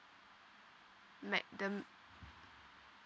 max~ the